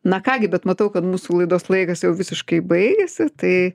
na ką gi bet matau kad mūsų laidos laikas jau visiškai baigėsi tai